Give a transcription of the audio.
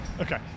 okay